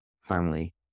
family